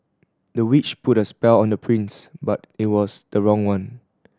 the witch put a spell on the prince but it was the wrong one